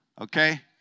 Okay